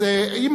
אז אם